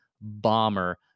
bomber